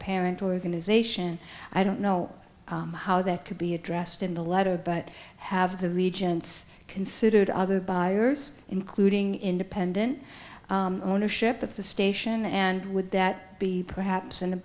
parent organization i don't know how that could be addressed in the letter but have the regents considered other buyers including independent ownership of the station and would that be perhaps